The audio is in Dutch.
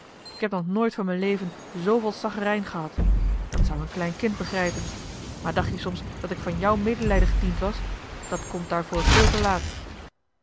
k heb nog nooit van m'n leven zooveel saggerijn gehad dat zou een klein kind begrijpen maar dacht je soms dat ik van jou medelijden gediend was dat komt daarvoor veel te laat